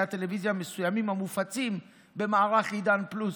טלוויזיה מסוימים המופצים במערך עידן פלוס,